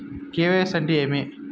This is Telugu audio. కె.వై.సి అంటే ఏమి?